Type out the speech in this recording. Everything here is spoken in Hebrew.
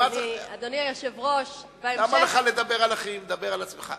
אדוני היושב-ראש, חברי